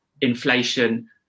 inflation